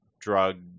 drug